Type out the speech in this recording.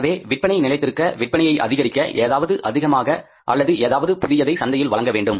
எனவே விற்பனை நிலைத்திருக்க விற்பனையை அதிகரிக்க ஏதாவது அதிகமாக அல்லது ஏதாவது புதியதை சந்தையில் வழங்க வேண்டும்